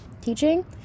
teaching